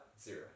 Zero